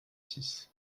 six